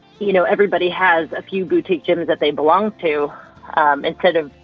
you know, everybody has a few boutique gyms that they belong to um instead of,